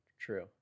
true